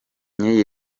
nk’iyi